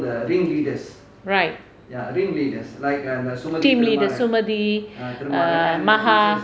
right team leader sumathi uh maha